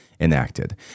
enacted